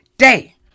day